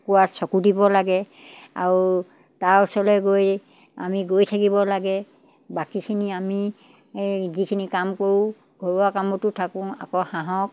কুকুৰাত চকু দিব লাগে আৰু তাৰ ওচৰলে গৈ আমি গৈ থাকিব লাগে বাকীখিনি আমি যিখিনি কাম কৰোঁ ঘৰুৱা কামতো থাকোঁ আকৌ হাঁহক